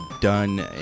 done